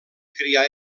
criar